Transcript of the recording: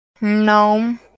No